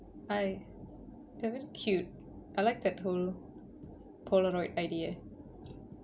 I there're very cute I like that pol~ polaroid idea